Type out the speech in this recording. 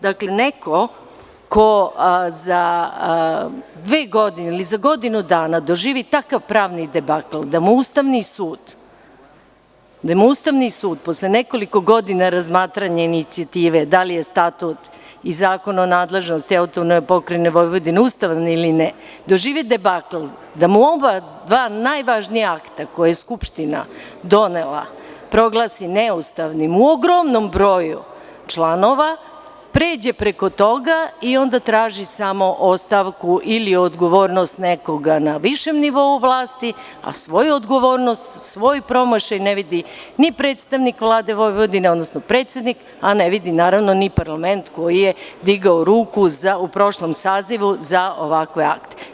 Dakle, neko ko za dve godine ili za godinu dana doživi takav pravni debakl, da mu Ustavni sud posle nekoliko godina razmatranja inicijative, da li je Statut i Zakon o nadležnosti AP Vojvodine ustavan ili ne, doživi debakl da mu dva najvažnija akta koje je Skupština donela proglasi neustavnim u ogromnom broju članova, pređe preko toga i onda traži samo ostavku ili odgovornost nekoga na višem nivou vlasti, a svoju odgovornost, svoj promašaj, ne vidi ni predstavnik Vlade Vojvodine, odnosno predsednik, a ne vidi ni parlament koji je digao ruku u prošlom sazivu za ovakve akte.